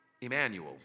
Emmanuel